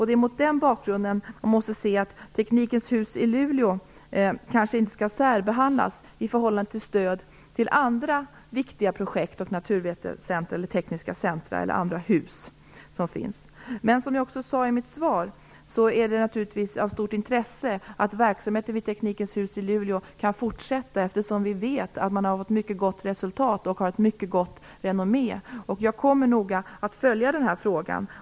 Det är mot den bakgrunden som man måste se att Teknikens hus i Luleå kanske inte skall särbehandlas när det gäller stöd i förhållande till andra viktiga projekt och naturvetenskapliga eller tekniska hus. Som jag sade i mitt svar är det naturligtvis av stort intresse att verksamheten vid Teknikens hus i Luleå kan fortsätta, eftersom vi vet att man har nått ett mycket gott resultat och har ett mycket gott renommé. Jag kommer noga att följa den här frågan.